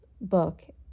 book